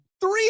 three